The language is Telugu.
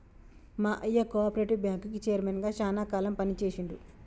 మా అయ్య కోపరేటివ్ బ్యాంకుకి చైర్మన్ గా శానా కాలం పని చేశిండు